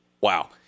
Wow